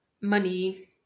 money